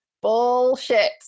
bullshit